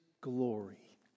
glory